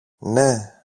ναι